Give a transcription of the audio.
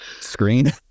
screen